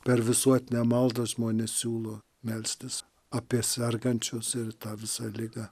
per visuotinę maldą žmonės siūlo melstis apie sergančius ir tą visą ligą